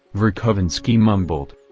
verkovensky mumbled.